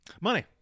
Money